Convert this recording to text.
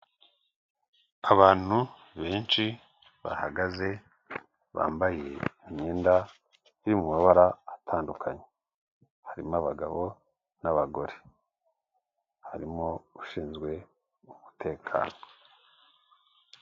Abantu benshi bahagaze bambaye imyenda yo mu mabara atandukanye harimo abagabo n'abagore, harimo ushinzwe umutekano.